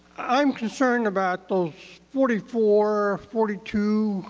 i'm concerned about those forty four, forty two,